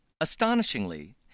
Astonishingly